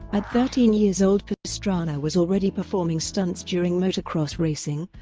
at thirteen years old pastrana was already performing stunts during motocross racing,